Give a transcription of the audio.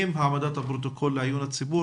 אם העמדת הפרוטוקול לעיון הציבור,